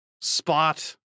spot